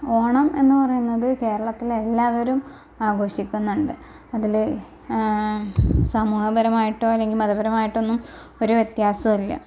ഓണം എന്ന് പറയുന്നത് കേരളത്തിൽ എല്ലാവരും ആഘോഷിക്കുന്നുണ്ട് അതിൽ സമൂഹപരമായിട്ടോ അല്ലെങ്കിൽ മതപരമായിട്ടൊന്നും ഒരു വ്യത്യാസവും ഇല്ല